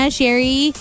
Sherry